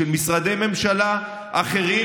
של משרדי ממשלה אחרים.